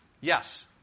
Yes